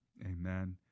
Amen